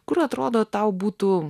kur atrodo tau būtų